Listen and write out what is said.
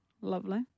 Lovely